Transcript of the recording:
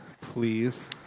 please